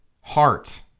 heart